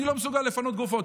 אני לא מסוגל לפנות גופות,